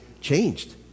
changed